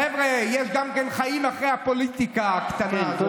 חבר'ה, יש גם כן חיים אחרי הפוליטיקה הקטנה הזאת.